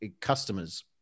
customers